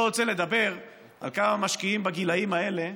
רוצה לדבר על כמה משקיעים בגילים האלה,